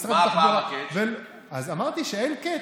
משרד התחבורה, אז מה הפעם ה-catch?